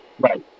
Right